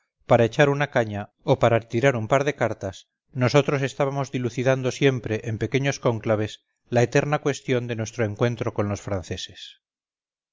para echar una caña o tirar un par de cartas nosotros estábamos dilucidando siempre en pequeños cónclaves la eterna cuestión de nuestro encuentro con los franceses